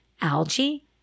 algae